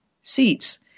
seats